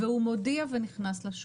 והוא מודיע ונכנס לשוק.